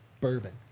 bourbon